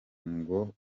ngo